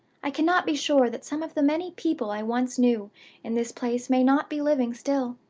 i cannot be sure that some of the many people i once knew in this place may not be living still.